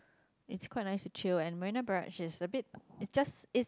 it's quite nice to chill and Marina-Barrage it's a bit it it's just